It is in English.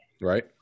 Right